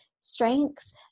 strength